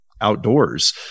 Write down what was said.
outdoors